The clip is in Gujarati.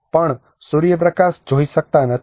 પણ સૂર્યપ્રકાશ જોઈ શકતા નથી